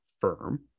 firm